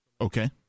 okay